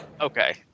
okay